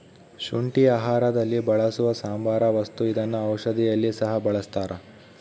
ಶುಂಠಿ ಆಹಾರದಲ್ಲಿ ಬಳಸುವ ಸಾಂಬಾರ ವಸ್ತು ಇದನ್ನ ಔಷಧಿಯಲ್ಲಿ ಸಹ ಬಳಸ್ತಾರ